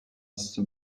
haste